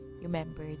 remember